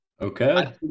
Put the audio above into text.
Okay